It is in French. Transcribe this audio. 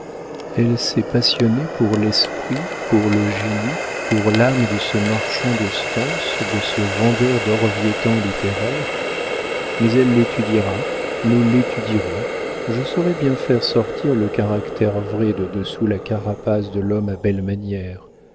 elle s'est passionnée pour l'esprit pour le génie pour l'âme de ce marchand de stances de ce vendeur d'orviétan littéraire mais elle l'étudiera nous l'étudierons je saurai bien faire sortir le caractère vrai de dessous la carapace de l'homme à belles manières